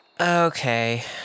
Okay